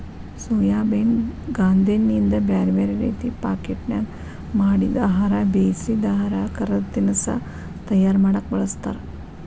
soybean ಗಾಂದೇಣ್ಣಿಯಿಂದ ಬ್ಯಾರ್ಬ್ಯಾರೇ ರೇತಿ ಪಾಕೇಟ್ನ್ಯಾಗ ಮಾಡಿದ ಆಹಾರ, ಬೇಯಿಸಿದ ಆಹಾರ, ಕರದ ತಿನಸಾ ತಯಾರ ಮಾಡಕ್ ಬಳಸ್ತಾರ